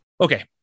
Okay